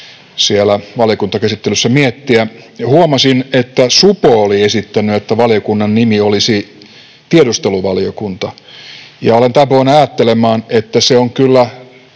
siellä valiokuntakäsittelyssä miettiä. Huomasin, että supo oli esittänyt, että valiokunnan nimi olisi tiedusteluvaliokunta, ja olen taipuvainen ajattelemaan, että se on kyllä,